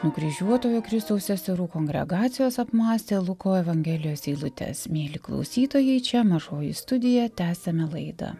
nukryžiuotojo kristaus seserų kongregacijos apmąstė luko evangelijos eilutes mieli klausytojai čia mažoji studija tęsiame laidą